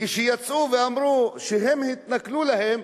כשיצאו ואמרו שהם התנכלו להם,